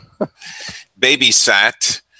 babysat